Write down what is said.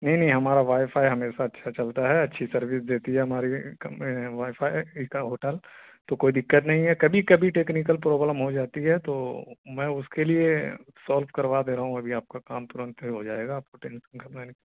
نہیں نہیں ہمارا وائی فائی ہمیشہ اچھا چلتا ہے اچھی سروس دیتی ہے ہماری وائی فائی کا ہوٹل تو کوئی دقت نہیں ہے کبھی کبھی ٹیکنیکل پرابلم ہو جاتی ہے تو میں اس کے لیے سالو کروا دے رہا ہوں ابھی آپ کا کام ترنت سے ہو جائے گا آپ کو ٹینشن کرنا